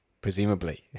presumably